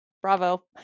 Bravo